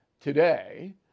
today